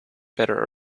better